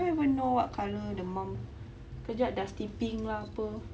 I don't even know what colour the mum kejap dusty pink lah apa